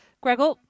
Gregor